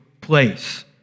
place